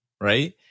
Right